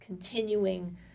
continuing